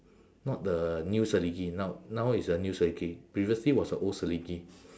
not the new selegie now now it's a new selegie previously was a old selegie